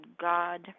God